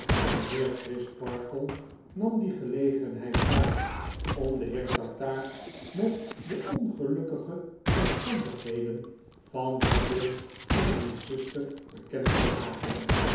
de heer crisparkle nam die gelegenheid waar om den heer tartaar met de ongelukkige omstandigheden van neville en diens zuster bekend te maken